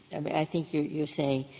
and i think you're saying